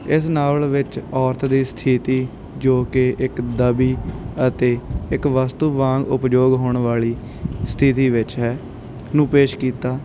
ਇਸ ਨਾਵਲ ਵਿੱਚ ਔਰਤ ਦੀ ਸਥਿਤੀ ਜੋ ਕਿ ਇੱਕ ਦਬੀ ਅਤੇ ਇੱਕ ਵਸਤੂ ਵਾਂਗ ਉਪਯੋਗ ਹੋਣ ਵਾਲੀ ਸਥਿਤੀ ਵਿੱਚ ਹੈ ਨੂੰ ਪੇਸ਼ ਕੀਤਾ